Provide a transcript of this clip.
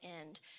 end